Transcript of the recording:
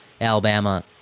Alabama